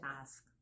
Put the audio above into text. ask